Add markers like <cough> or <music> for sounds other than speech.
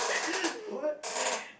<breath> what <breath>